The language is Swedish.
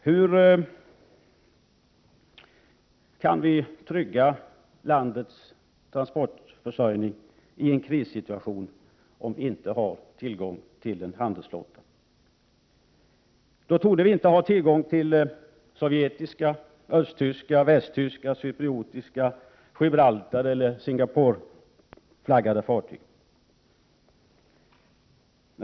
Hur kan vi trygga landets transportförsörjning i en krissituation, om vi inte har tillgång till en handelsflotta? Då torde vi inte ha tillgång till sovjetiskt, östtyskt, västtyskt, cypriotiskt, singaporianskt flaggade eller Gibraltarflaggade fartyg.